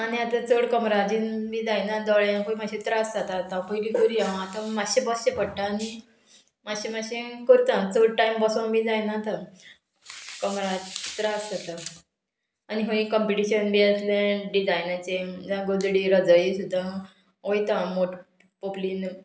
आनी आतां चड कमराचेन बी जायना दोळ्यांकूय मात्शे त्रास जाता आतां पयलीं पयलीं करी हांव आतां मातशें बसचें पडटा आनी मात्शें मात्शें करता चड टायम बसोन बी जायना आतां कमराच त्रास जाता आनी खंय कंपिटिशन बी आसलें डिजायनाचें गोजडी रजाई सुद्दां वयता मोट पोपलीन